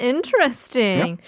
Interesting